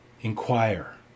Inquire